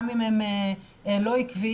גם אם הם לא עקביים,